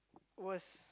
was